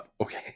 Okay